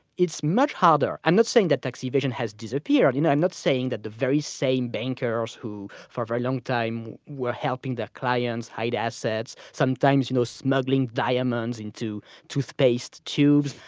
it's much harder. i'm not saying that tax evasion has disappeared. you know i'm not saying that the very same bankers who, for a very long time, were helping their clients hide assets, sometimes you know smuggling diamonds into toothpaste tubes.